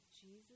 Jesus